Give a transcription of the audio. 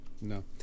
No